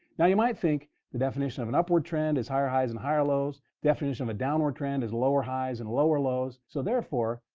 now, you might think the definition of an upward trend is higher highs and higher lows, the definition of a downward trend is lower highs and lower lows. so therefore,